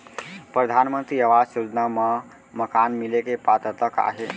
परधानमंतरी आवास योजना मा मकान मिले के पात्रता का हे?